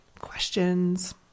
questions